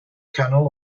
canol